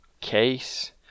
case